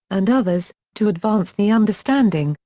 and others, to advance the understanding,